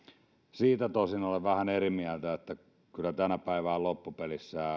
siitä tosin olen vähän eri mieltä että kyllä tänä päivänä loppupeleissä